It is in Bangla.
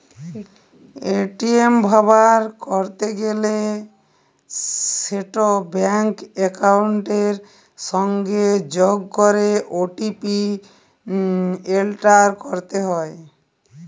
এ.টি.এম ব্যাভার ক্যরতে গ্যালে সেট ব্যাংক একাউলটের সংগে যগ ক্যরে ও.টি.পি এলটার ক্যরতে হ্যয়